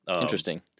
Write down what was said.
Interesting